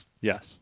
Yes